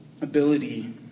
ability